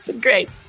Great